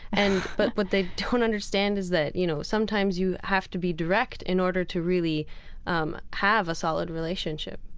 and but what they don't understand is that, you know, sometimes you have to be direct in order to really um have a solid relationship,